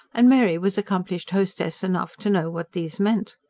and mary was accomplished hostess enough to know what these meant.